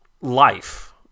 life